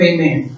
Amen